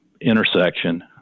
intersection